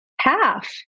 Half